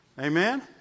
Amen